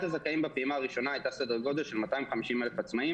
הפעימה הראשונה הייתה סדר גודל של 250 אלף עצמאים